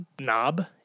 knob